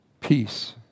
peace